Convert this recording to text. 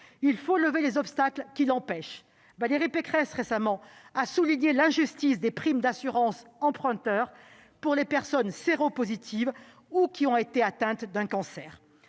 Il faut lever les obstacles qui l'empêchent. Valérie Pécresse a récemment souligné l'injustice des primes d'assurance emprunteur pour les personnes séropositives ou celles qui ont été atteintes d'un cancer.